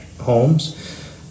homes